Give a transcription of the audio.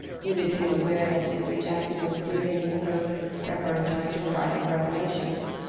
he became aware that mr. jackson was clearing his throat preparatory to farther revelations.